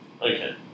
Okay